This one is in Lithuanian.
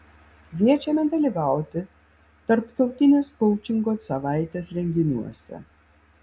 kviečiame dalyvauti tarptautinės koučingo savaitės renginiuose